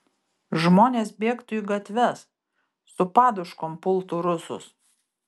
žmonės bėgtų į gatves su paduškom pultų rusus